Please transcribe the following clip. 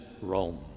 Rome